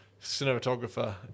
cinematographer